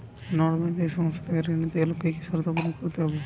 নন banking সংস্থা থেকে ঋণ নিতে গেলে কি কি শর্ত পূরণ করতে হয়?